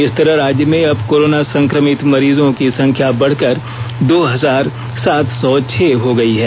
इस तरह राज्य में अब कोरोना संक्रमित मरीजों की संख्या बढ़कर दो हजार सात सौ छह हो गई है